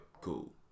cool